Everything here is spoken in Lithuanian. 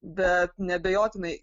bet neabejotinai